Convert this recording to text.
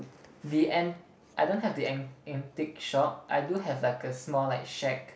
the an I don't have the an antique shop I do have like a small like shack